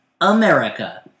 America